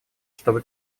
чтобы